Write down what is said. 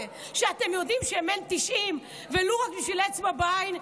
כשאתם יודעים שאין 90 ולו רק בשביל אצבע בעין,